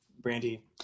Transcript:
Brandy